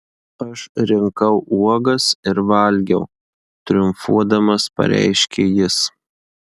aš rinkau uogas ir valgiau triumfuodamas pareiškė jis